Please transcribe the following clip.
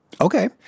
Okay